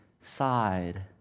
side